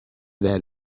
that